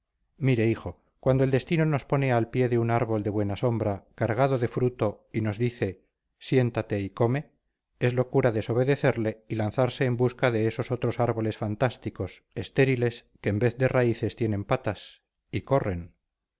mire hijo cuando el destino nos pone al pie de un árbol de buena sombra cargado de fruto y nos dice siéntate y come es locura desobedecerle y lanzarse en busca de esos otros árboles fantásticos estériles que en vez de raíces tienen patas y corren